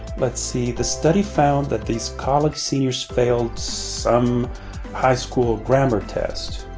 but see, the study found that these college seniors failed some high-school grammar test.